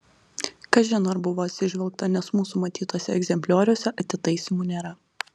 kažin ar buvo atsižvelgta nes mūsų matytuose egzemplioriuose atitaisymų nėra